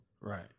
Right